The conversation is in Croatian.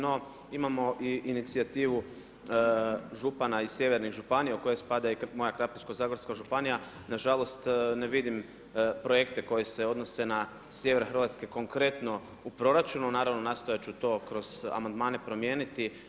No imamo i inicijativu župana iz sjevernih županija u koju spada i moja Krapinsko-zagorska županija, na žalost ne vidim projekte koji se odnose na sjever Hrvatske, konkretno u proračunu, naravno nastojat ću to kroz amandmane promijeniti.